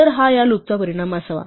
तर हा या लूपचा परिणाम असावा